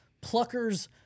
Plucker's